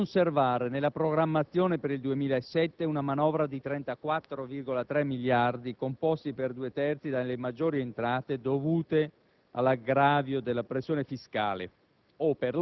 conservare nella programmazione per il 2007 una manovra di 34,3 miliardi, composti per due terzi dalle maggiori entrate dovute all'aggravio della pressione fiscale